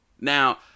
Now